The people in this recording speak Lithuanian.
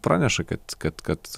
praneša kad kad kad